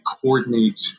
coordinate